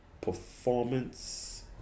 performance